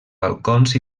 balcons